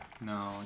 No